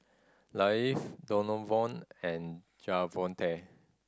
Leif Donavon and Javonte